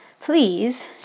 please